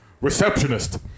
Receptionist